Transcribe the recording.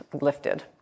lifted